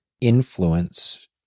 influence